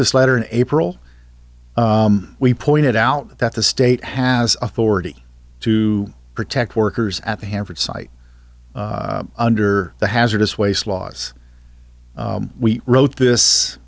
this letter in april we pointed out that the state has authority to protect workers at hanford site under the hazardous waste laws we wrote this